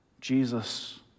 Jesus